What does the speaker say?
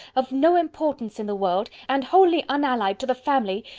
of no importance in the world, and wholly unallied to the family!